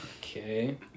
Okay